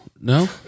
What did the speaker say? No